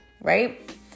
right